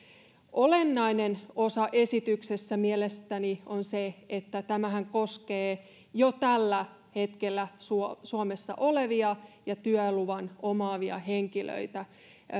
olennainen osa esityksessä mielestäni on se että tämähän koskee jo tällä hetkellä suomessa olevia ja työluvan omaavia